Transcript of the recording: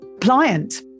pliant